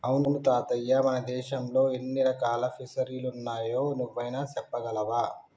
అవును తాతయ్య మన దేశంలో ఎన్ని రకాల ఫిసరీలున్నాయో నువ్వైనా సెప్పగలవా